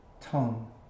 tongue